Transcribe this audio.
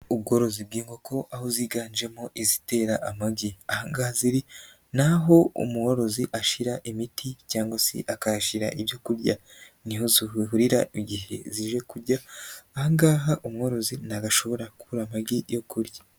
Ubworozi bw'inkoko aho ziganjemo izitera amagi, ahangaha ziri naho umworozi ashira imiti cyangwa se akahashira ibyo kurya, niho zihurira igihe zije kurya, ahangaha umworozi ntabwo ashobora kubura amagi yo kurya.